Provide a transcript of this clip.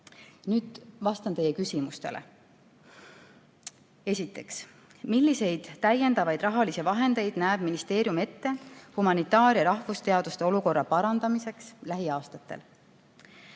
vastan teie küsimustele. Esiteks: "Milliseid täiendavaid rahalisi vahendeid näeb ministeerium ette humanitaar- ja rahvusteaduste olukorra parandamiseks lähiaastatel?"